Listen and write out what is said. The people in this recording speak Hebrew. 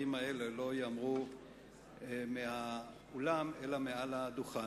האלה לא ייאמרו מן האולם אלא מעל לדוכן.